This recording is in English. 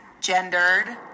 gendered